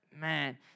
Man